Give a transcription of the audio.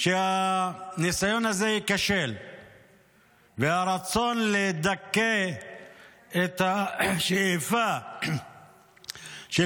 שהניסיון הזה ייכשל והרצון לדכא את השאיפה של